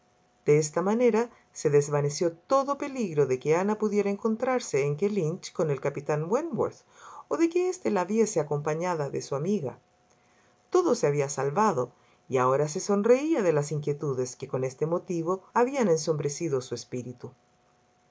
de esta manera se desvaneció todo peligro que ana pudiera encontrarse en kellynch con capitán wentworth o de que éste la viese acompañada de su amiga todo se había salvado y ahora se sonreía de las inquietudes que con este motivo habían ensombrecido su espíritu